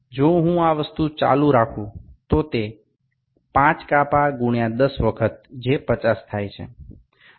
જો હું આ વસ્તુ ચાલુ રાખું તો તે 5 કાપા ગુણ્યા 10 વખત જે 50 થાય છે